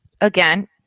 again